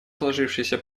сложившейся